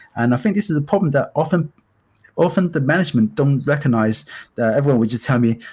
and i think this is a problem that often often the management don't recognize that everyone will just tell me,